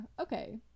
okay